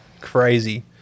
crazy